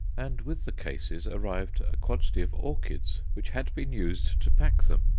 and with the cases arrived a quantity of orchids which had been used to pack them.